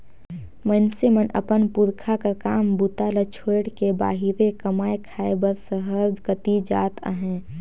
मइनसे मन अपन पुरखा कर काम बूता ल छोएड़ के बाहिरे कमाए खाए बर सहर कती जात अहे